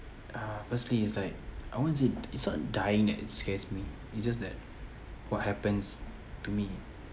uh firstly is like I wasn't it's not dying that it scares me it's just that what happens to me